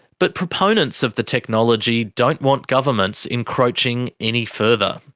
but proponents of the technology don't want governments encroaching any further.